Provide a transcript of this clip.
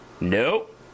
nope